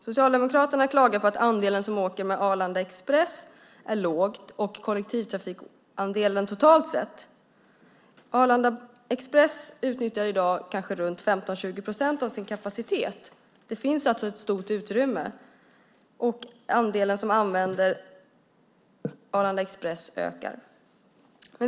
Socialdemokraterna klagar på att andelen som åker med Arlanda Express är låg av kollektivtrafikandelen totalt sett. Arlanda Express utnyttjar i dag kanske 15-20 procent av sin kapacitet. Det finns alltså ett stort utrymme, och andelen som använder Arlanda Express ökar.